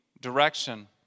direction